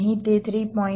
1 એ આવવું જોઈએ